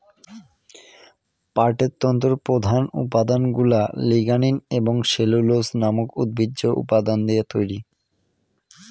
পাটের তন্তুর প্রধান উপাদানগুলা লিগনিন এবং সেলুলোজ নামক উদ্ভিজ্জ উপাদান দিয়ে তৈরি